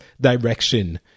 direction